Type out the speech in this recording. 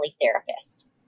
therapist